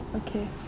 okay